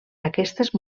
aquestes